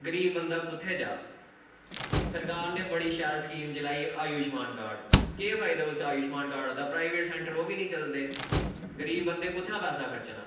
गरीब बंदा कुत्थें जा सरकार नै बड़ी शैल स्कीम चलाई आयूशमान कार्ड़ केह् फायदा उस आयूशमान कार्ड़ दा प्राईवेट सैंटर ओह् बी नी चलदे गरीब बंदै कुत्थां दा पैसा खर्चना